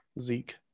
zeke